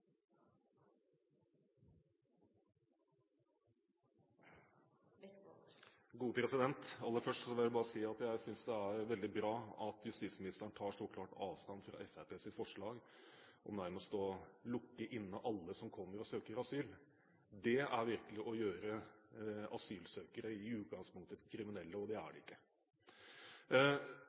veldig bra at justisministeren tar så klart avstand fra Fremskrittspartiets forslag om nærmest å lukke inne alle som søker asyl. Det er virkelig å gjøre asylsøkere i utgangspunktet kriminelle, og det er de ikke.